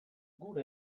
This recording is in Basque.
gure